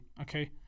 Okay